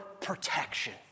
Protection